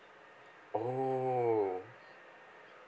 oh